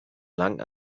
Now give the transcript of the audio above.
lang